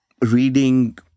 reading